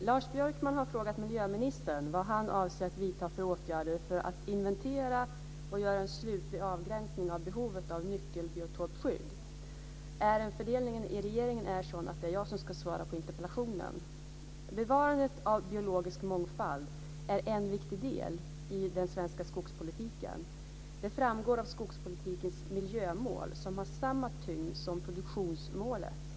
Lars Björkman har frågat miljöministern vad han avser att vidta för åtgärder för att inventera och göra en slutlig avgränsning av behovet av nyckelbiotopskydd. Ärendefördelningen i regeringen är sådan att det är jag som ska svara på interpellationen. Bevarandet av biologisk mångfald är en viktig del i den svenska skogspolitiken. Det framgår av skogspolitikens miljömål, som har samma tyngd som produktionsmålet.